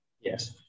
yes